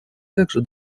также